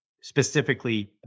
specifically